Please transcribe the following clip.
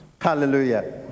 Hallelujah